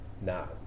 now